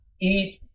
eat